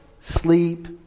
sleep